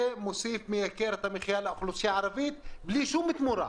זה מייקר את המחיה לאוכלוסייה הערבית בלי שום תמורה.